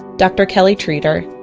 dr. kelly treder,